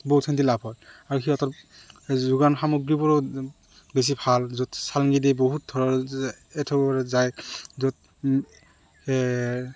বহুত খন্তি লাভ হয় আৰু সিহঁতৰ যোগান সামগ্ৰীবোৰো বেছি ভাল য'ত চালেনি দি বহুত ধৰণৰ এ থ যায় য'ত